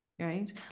Right